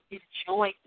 enjoy